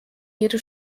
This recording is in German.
jede